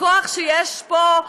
הכוח שיש פה,